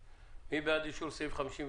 מי בעד אישור סעיף 58?